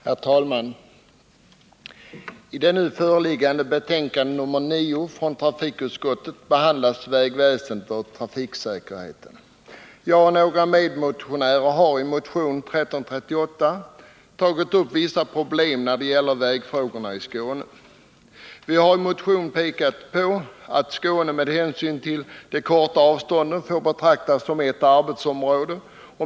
Herr talman! I det nu föreliggande betänkandet, nr 9, från trafikutskottet behandlas vägväsendet och trafiksäkerheten. Jag och några medmotionärer hari motion 1338 tagit upp vissa problem när det gäller vägar i Skåne. Vi har i motionen pekat på att Skåne med hänsyn till de korta avstånden får betraktas som ett arbetsområde.